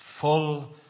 Full